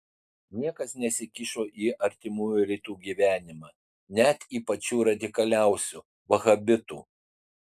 niekas nesikišo į artimųjų rytų gyvenimą net į pačių radikaliausių vahabitų